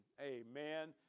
Amen